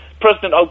President